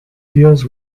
deals